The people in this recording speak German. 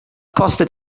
kostet